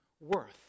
worth